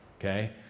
okay